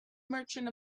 merchant